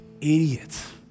Idiots